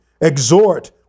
exhort